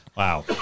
Wow